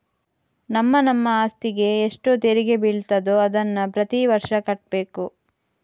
ನಮ್ಮ ನಮ್ಮ ಅಸ್ತಿಗೆ ಎಷ್ಟು ತೆರಿಗೆ ಬೀಳ್ತದೋ ಅದನ್ನ ಪ್ರತೀ ವರ್ಷ ಕಟ್ಬೇಕು